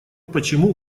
почему